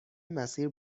مسیر